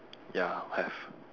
ya have